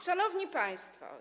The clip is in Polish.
Szanowni Państwo!